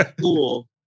cool